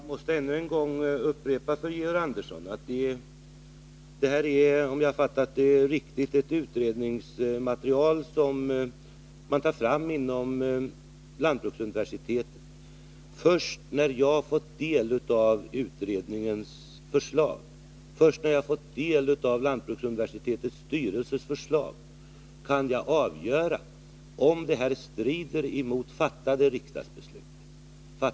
Herr talman! Jag måste ännu en gång upprepa för Georg Andersson att detta är ett utredningsmaterial som man har tagit fram inom lantbruksuniversitetet, och först när jag har fått del av lantbruksuniversitetets styrelses förslag kan jag avgöra om detta strider mot fattade riksdagsbeslut.